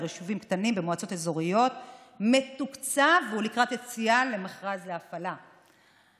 ביישובים קטנים ובמועצות אזוריות מתוקצבת ולקראת יציאה למכרז להפעלה.